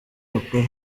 bakora